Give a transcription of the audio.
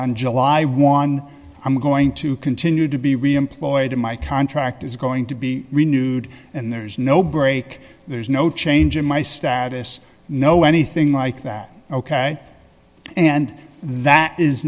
on july one i'm going to continue to be reemployed my contract is going to be renewed and there's no break there's no change in my status no anything like that ok and that is